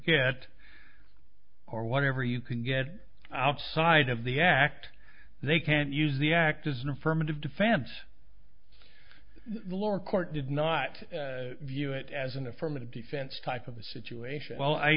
get or whatever you can get outside of the act they can use the act as an affirmative defense the lower court did not view it as an affirmative defense type of a situation well i